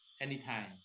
anytime